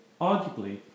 arguably